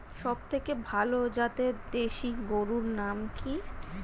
সবথেকে ভালো জাতের দেশি গরুর নাম কি?